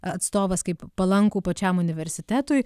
atstovas kaip palankų pačiam universitetui